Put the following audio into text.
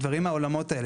דברים מהעולמות האלה.